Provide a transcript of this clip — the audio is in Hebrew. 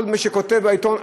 וכל מי שכותב בעיתון,